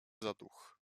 zaduch